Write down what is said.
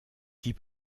dix